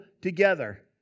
together